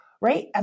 right